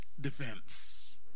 defense